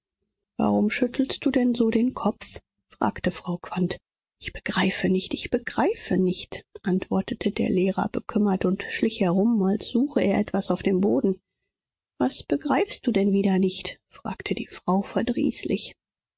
warum schüttelst du denn so den kopf fragte frau quandt ich begreife nicht ich begreife nicht antwortete der lehrer bekümmert und schlich herum als suche er etwas auf dem boden was begreifst du denn wieder nicht fragte die frau